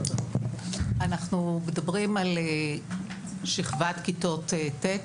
--- אנחנו מדברים על שכבת כיתות ט',